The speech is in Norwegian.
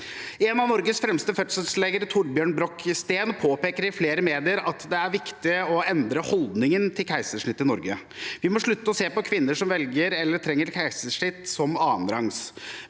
En av Norges fremste fødselsleger, Thorbjørn Brook Steen, påpeker i flere medier at det er viktig å endre holdningen til keisersnitt i Norge. Vi må slutte å se på kvinner som velger eller trenger keisersnitt, som annenrangs.